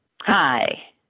Hi